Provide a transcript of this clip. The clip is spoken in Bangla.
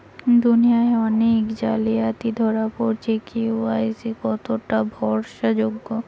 দুনিয়ায় অনেক জালিয়াতি ধরা পরেছে কে.ওয়াই.সি কতোটা ভরসা যোগ্য?